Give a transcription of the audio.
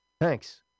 Thanks